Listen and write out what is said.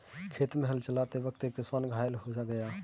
खेत में हल चलाते वक्त एक किसान घायल हो गया